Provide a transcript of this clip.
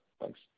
Thanks